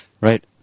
Right